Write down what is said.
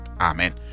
Amen